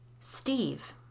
Steve